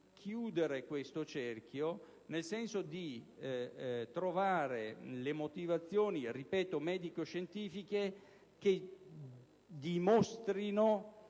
chiudere il cerchio, nel senso di trovare le motivazioni medico-scientifiche che dimostrino